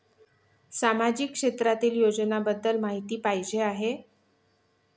सामाजिक क्षेत्रातील योजनाबद्दल माहिती पाहिजे आहे?